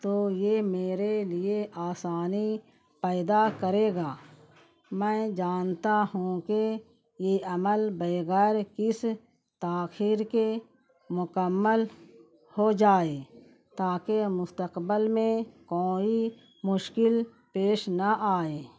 تو یہ میرے لیے آسانی پیدا کرے گا میں جانتا ہوں کہ یہ عمل بغیر کس تاخر کے مکمل ہو جائے تاکہ مستقبل میں کوئی مشکل پیش نہ آئے